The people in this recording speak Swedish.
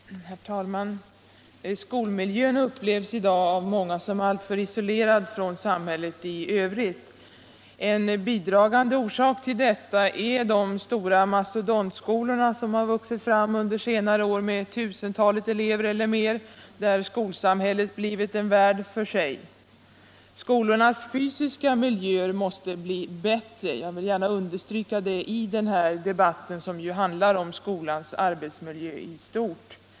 Herr talman! Skolmiljön upplevs i dag av många såsom alltför isolerad från samhället i övrigt. En bidragande orsak till detta är de stora mas todontskolor som vuxit fram under senare år med tusentalet elever eller. Nr 134 mer, där skolsamhället blir en värld för sig. Skolornas fysiska miljöer Fredagen den måste bli bättre. Jag vill gärna understryka detta i denna debatt, som 21 maj 1976 handlar om skolans arbetsmiljö i stort.